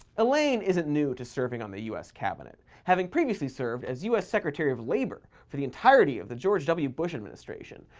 elaine isn't new to serving on the us cabinet, having previously served as us secretary of labor for the entirety of the george w. bush administration,